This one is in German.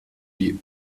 die